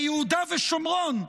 ביהודה ושומרון,